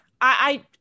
I-